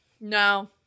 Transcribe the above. No